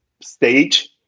stage